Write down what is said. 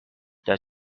that